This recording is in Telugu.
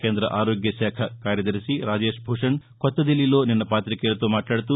కేంద్ర ఆరోగ్యశాఖ కార్యదర్శి రాజేష్ భూషణ్ కొత్తదిల్లీలో నిన్న పాతికేయులతో మాట్లాదుతూ